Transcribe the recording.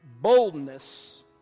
boldness